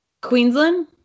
Queensland